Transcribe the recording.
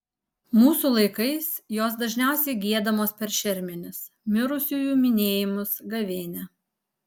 mūsų laikais jos dažniausiai giedamos per šermenis mirusiųjų minėjimus gavėnią